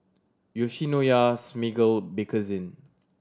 Yoshinoya Smiggle Bakerzin